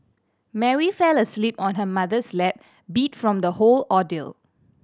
Mary fell asleep on her mother's lap beat from the whole ordeal